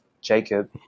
jacob